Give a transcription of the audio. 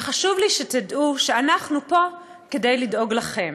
וחשוב לי שתדעו שאנחנו פה כדי לדאוג לכם.